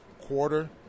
quarter